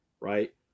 Right